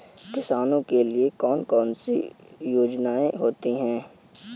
किसानों के लिए कौन कौन सी योजनायें होती हैं?